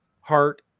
heart